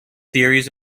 theories